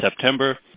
September